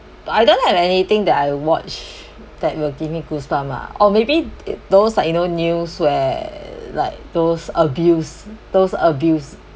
but I don't have anything that I watch that will give me goosebump ah or maybe it those like you know news where like those abuse those abuse